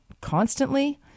constantly